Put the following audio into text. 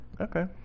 okay